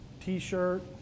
T-shirt